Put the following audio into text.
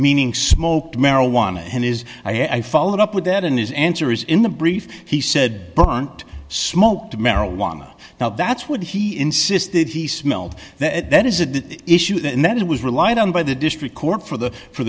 meaning smoked marijuana and is i followed up with that and his answer is in the brief he said burnt smoked marijuana now that's what he insisted he smelled that that is a dead issue and that it was relied on by the district court for the for